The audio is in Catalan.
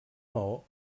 maó